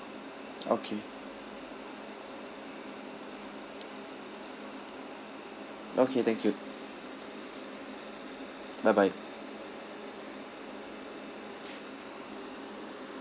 okay okay thank you bye bye